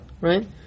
Right